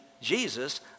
Jesus